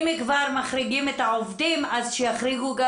אם כבר מחריגים את העובדים אז שיחריגו גם